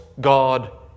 God